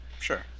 Sure